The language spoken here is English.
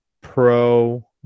pro